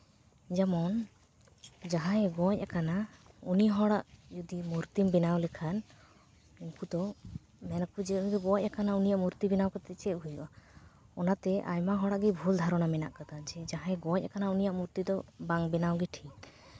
ᱡᱮᱢᱚᱱ ᱡᱟᱦᱟᱸᱭᱮ ᱜᱚᱡ ᱟᱠᱟᱱᱟ ᱩᱱᱤ ᱦᱚᱲᱟᱜ ᱡᱩᱫᱤ ᱢᱩᱨᱛᱤᱢ ᱵᱮᱱᱟᱣ ᱞᱮᱠᱷᱟᱱ ᱩᱱᱠᱩ ᱫᱚ ᱢᱮᱱ ᱟᱠᱚ ᱡᱮ ᱜᱚᱡ ᱟᱠᱟᱱᱟᱭ ᱩᱱᱤᱭᱟᱜ ᱢᱩᱨᱛᱤ ᱵᱮᱱᱟᱣ ᱠᱟᱛᱮᱫ ᱪᱮᱫ ᱦᱩᱭᱩᱜᱼᱟ ᱚᱱᱟᱛᱮ ᱟᱭᱢᱟ ᱦᱚᱲᱟᱜ ᱜᱮ ᱵᱷᱩᱞ ᱫᱷᱟᱨᱚᱱᱟ ᱢᱮᱱᱟᱜ ᱠᱟᱫᱟ ᱡᱮ ᱡᱦᱟᱸᱭᱮ ᱜᱚᱡ ᱠᱟᱱᱟᱭ ᱩᱱᱤᱭᱟᱜ ᱢᱩᱨᱛᱤ ᱫᱚ ᱵᱟᱝ ᱵᱮᱱᱟᱣᱜᱮ ᱴᱷᱤᱠ